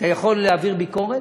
אתה יכול להעביר ביקורת,